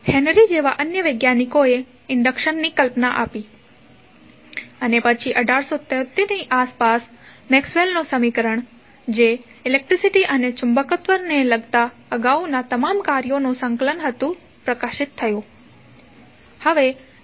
henry જેવા અન્ય વૈજ્ઞાનિકોએ ઇન્ડક્શન ની કલ્પના આપી અને પછી 1873 ની આસપાસ મેક્સવેલનું સમીકરણ Maxwell's equation જે ઇલેક્ટ્રિસીટી અને ચુંબકત્વને લગતા અગાઉના તમામ કાર્યોનું સંકલન હતું પ્રકાશિત થયું